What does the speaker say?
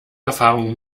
erfahrung